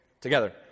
Together